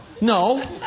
No